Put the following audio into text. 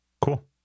Cool